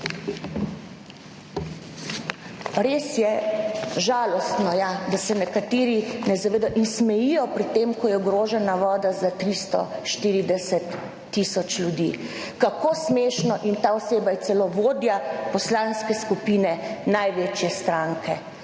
Res je žalostno, ja, da se nekateri ne zavedajo in smejijo pri tem, ko je ogrožena voda za 340 tisoč ljudi, kako smešno in ta oseba je celo vodja poslanske skupine največje stranke,